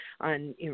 on